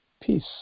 peace